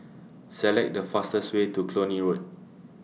Select The fastest Way to Cluny Road